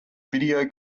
video